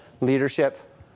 leadership